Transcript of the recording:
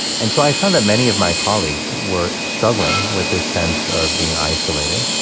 and so i found that many of my colleagues were struggling with this sense of being isolated.